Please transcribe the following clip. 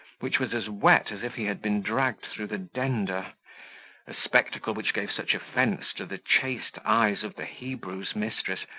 which was as wet as if he had been dragged through the dender a spectacle which gave such offence to the chaste eyes of the hebrew's mistress,